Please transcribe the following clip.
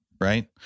Right